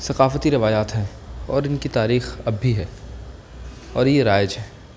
ثقافتی روایات ہیں اور ان کی تاریخ اب بھی ہے اور یہ رائج ہے